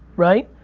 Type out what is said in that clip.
right?